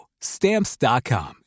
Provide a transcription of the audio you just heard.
Stamps.com